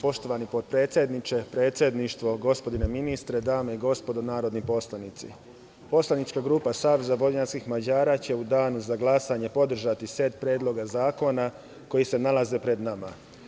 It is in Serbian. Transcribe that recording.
Poštovani potpredsedniče, predsedništvo, gospodine ministre, dame i gospodo narodni poslanici, poslanička grupa Saveza vojvođanskih Mađara će u danu za glasanje podržati set predloga zakona koji se nalaze pred nama.